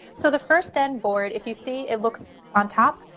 so the first then board if you see it looks on top,